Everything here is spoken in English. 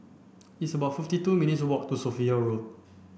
it's about fifty two minutes walk to Sophia Road